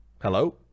hello